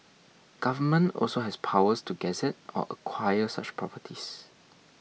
government also has powers to gazette or acquire such properties